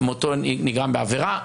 מותו נגרם בעבירה,